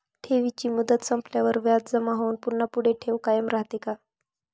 ठेवीची मुदत संपल्यावर व्याज जमा होऊन पुन्हा पुढे ठेव कायम राहते का?